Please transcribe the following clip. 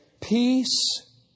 peace